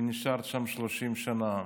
ונשארת שם 30 שנה,